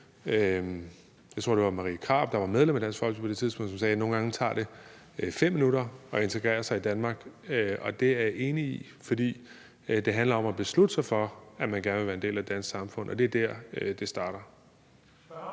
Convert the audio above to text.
tror jeg det var, som var medlem af Dansk Folkeparti på det tidspunkt, sagde om, at nogle gange tager det 5 minutter at integrere sig i Danmark. Det er jeg enig i, for det handler om at beslutte sig for, at man gerne vil være en del af det danske samfund. Det er der, det starter.